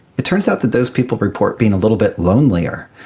it turns out that those people report being a little bit lonelier.